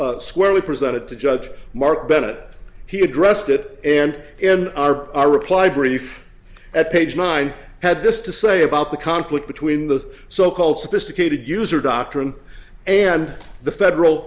s squarely presented to judge mark bennett he addressed it and in our reply brief at page nine had this to say about the conflict between the so called sophisticated user doctrine and the federal